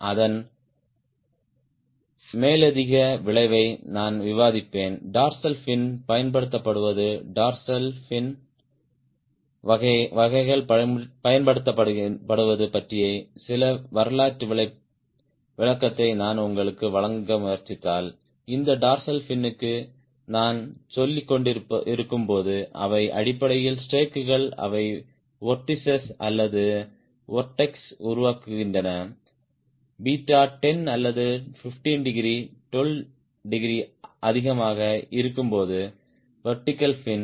அதன் மேலதிக விளைவை நான் விவாதிப்பேன் டார்சல் ஃபின் பயன்படுத்தப்படுவது டார்சல் ஃபின் வகைகள் பயன்படுத்தப்படுவது பற்றிய சில வரலாற்று விளக்கத்தை நான் உங்களுக்கு வழங்க முயற்சித்தால் இந்த டார்சல் ஃபினுக்கு நான் சொல்லிக்கொண்டிருக்கும்போது அவை அடிப்படையில் ஸ்ட்ரோக்குகள் அவை வொர்ட்டிஸ்ஸ் அல்லது வொர்ட்ஸ் உருவாக்குகின்றன பீட்டா 10 அல்லது 15 டிகிரி 12 டிகிரி அதிகமாக இருக்கும்போது வெர்டிகல் பின்